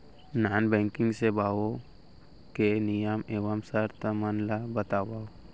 non banking सेवाओं के नियम एवं शर्त मन ला बतावव